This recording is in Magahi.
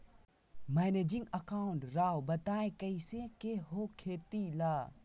मैनेजिंग अकाउंट राव बताएं कैसे के हो खेती ला?